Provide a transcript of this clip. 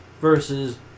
versus